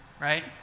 right